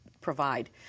provide